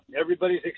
Everybody's